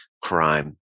crime